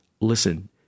listen